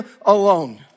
alone